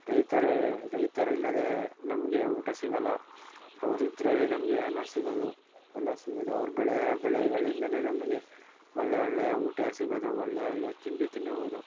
ರೈತರ ರೈತರಿಲ್ಲದೆ ನಮಗೆ ಊಟ ಸಿಗಲ್ಲ ಅವರಿದ್ರೆನೆ ನಮಗೆ ಅನ್ನ ಸಿಗೋದು ಎಲ್ಲ ಸಿಗೋದು ಅವ್ರು ಬೆಳೆಯೋ ಬೆಳೆಗಳಿಂದಲೇ ನಮಗೆ ಒಳ್ಳೆ ಒಳ್ಳೆಯ ಊಟ ಸಿಗೋದು ಒಳ್ಳೆಯ ಒಳ್ಳೆಯ ತಿಂಡಿ ತಿನ್ನುವುದು